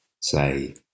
say